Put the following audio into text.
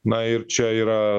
na ir čia yra